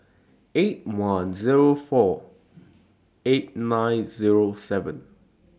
eight one Zero four eight nine Zero seven